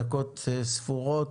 דקות ספורות.